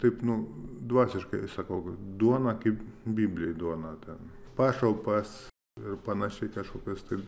taip nu dvasiškai sakau duoną kaip biblijoj duona ten pašalpas ir panašiai kažkokias tai